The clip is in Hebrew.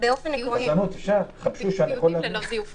בהתאם לאותן תקנות, לאותן